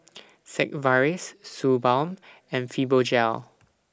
Sigvaris Suu Balm and Fibogel